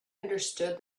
understood